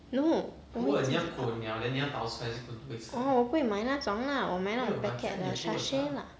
no oh 我不会买那种啦我买那种 packet 的 sachet lah